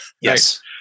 Yes